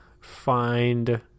find